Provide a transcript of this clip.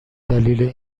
دلیل